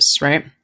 right